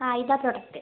ആ ഇതാണ് പ്രോഡക്ട്